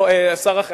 שר החינוך,